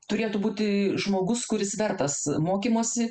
turėtų būti žmogus kuris vertas mokymosi